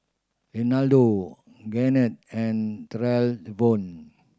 Renaldo Garnett and Trayvon